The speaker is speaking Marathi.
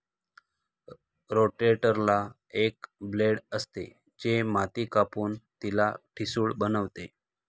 रोटेटरला एक ब्लेड असते, जे माती कापून तिला ठिसूळ बनवते